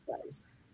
place